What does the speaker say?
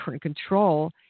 control